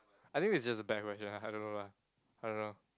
I think it's just a bad question lah I don't know lah I don't know